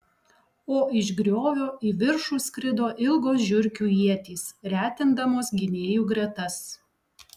o iš griovio į viršų skrido ilgos žiurkių ietys retindamos gynėjų gretas